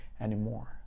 anymore